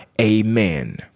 Amen